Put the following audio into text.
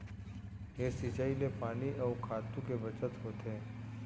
ए सिंचई ले पानी अउ खातू के बचत होथे